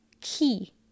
key